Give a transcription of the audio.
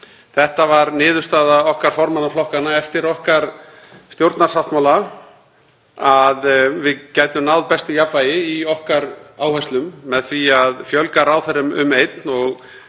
Það varð niðurstaða okkar formanna flokkanna eftir stjórnarsáttmála okkar að við gætum náð besta jafnvægi í okkar áherslum með því að fjölga ráðherrum um einn.